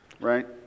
right